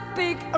big